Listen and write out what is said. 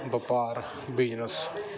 ਵਪਾਰ ਬਿਜਨਸ